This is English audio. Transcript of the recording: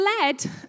led